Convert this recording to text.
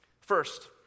First